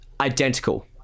identical